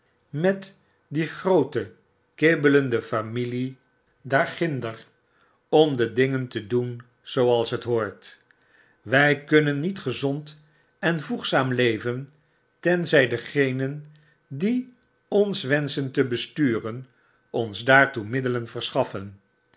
met die groote kibbelende familie daarginder om de dingen te doen zooals het behoort wy kunnen niet gezond en voegzaam leven tenzy degenen die ons wenschen te bestufen ons daartoe de middelen verschaffen